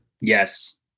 Yes